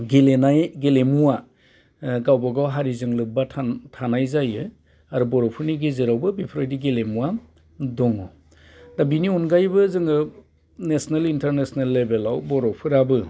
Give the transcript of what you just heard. गेलेनाय गेलेमुवा गावबागाव हारिजों लोबबा थानाय जायो आरो बर'फोरनि गेजेरावबो बेफोरबायदि गेलेमुवा दङ दा बिनि अनगायैबो जोङो नेसनेल इन्तारनेसनेल लेबेलाव बर'फोराबो